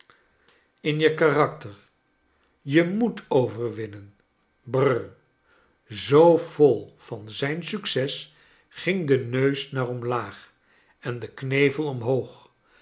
in je karakter je moet overwinnen br zoo vol van zijn succes ging de neus naar omlaa g en de knevel omhoogj